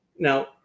Now